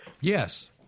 Yes